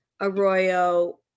Arroyo